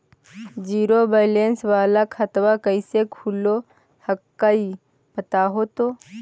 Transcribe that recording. Zero balance वाला खतवा कैसे खुलो हकाई बताहो तो?